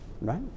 right